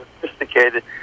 sophisticated